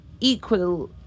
equal